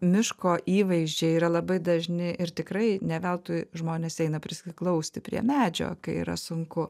miško įvaizdžiai yra labai dažni ir tikrai ne veltui žmonės eina prisiglausti prie medžio kai yra sunku